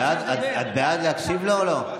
את בעד להקשיב לו או לא?